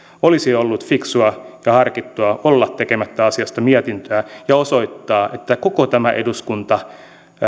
olisi ollut fiksua ja harkittua olla tekemättä asiasta mietintöä ja osoittaa että koko tämä eduskunta